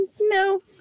No